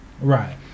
right